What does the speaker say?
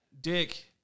Dick